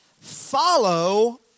follow